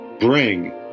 Bring